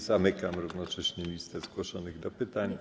Zamykam równocześnie listę zgłoszonych do pytań.